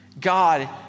God